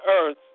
earth